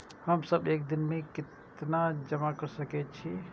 हम सब एक दिन में केतना जमा कर सके छी?